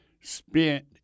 spent